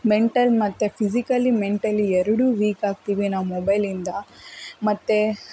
mental ಮತ್ತು physically mentally ಎರಡೂ weak ಆಗ್ತೀವಿ ನಾವು ಮೊಬೈಲಿಂದ ಮತ್ತು